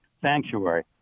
sanctuary